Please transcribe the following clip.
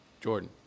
Jordan